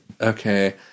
Okay